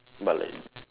but like